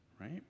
right